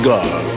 God